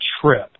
trip